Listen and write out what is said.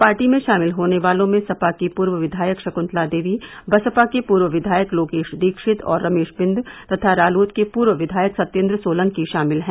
party में शामिल होने वालों में सपा की पूर्व विधायक शकुन्तला देवी बसपा के पूर्व विधायक लोकेश दीक्षित और रमेश बिन्द तथा रालोद के पूर्व विधायक सत्येन्द्र सोलंकी शामिल हैं